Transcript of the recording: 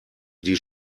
die